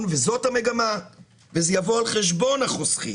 וזאת המגמה וזה יבוא על חשבון החוסכים,